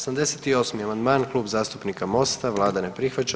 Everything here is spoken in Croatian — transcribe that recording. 88. amandman, Klub zastupnika Mosta, Vlada ne prihvaća.